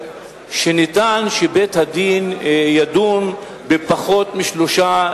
שניתן שבית-הדין ידון בפחות משלושה